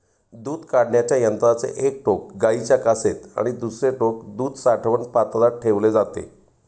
दूध काढण्याच्या यंत्राचे एक टोक गाईच्या कासेत आणि दुसरे टोक दूध साठवण पात्रात ठेवले जाते